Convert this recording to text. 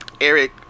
Eric